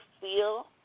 feel